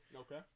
Okay